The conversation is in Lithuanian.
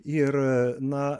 ir na